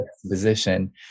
position